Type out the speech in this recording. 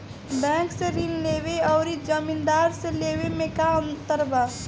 Bank से ऋण लेवे अउर जमींदार से लेवे मे का अंतर बा?